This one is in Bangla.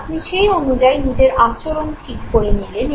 আপনি সেই অনুযায়ী নিজের আচরণ ঠিক করে নিলেন